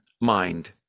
mind